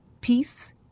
Peace